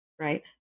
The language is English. right